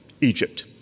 Egypt